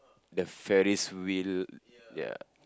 the Ferris-wheel